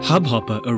Hubhopper